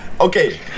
Okay